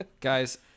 Guys